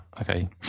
okay